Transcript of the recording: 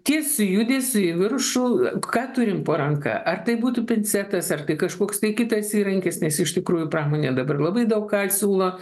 tiesiu judesiu į viršų ką turim po ranka ar tai būtų pincetas ar kažkoks tai kitas įrankis nes iš tikrųjų pramonė dabar labai daug ką siūlo